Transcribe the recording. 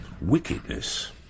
Wickedness